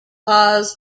paz